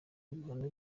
ibihano